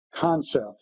concept